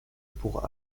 pour